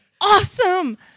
Awesome